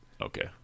okay